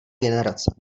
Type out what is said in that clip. generace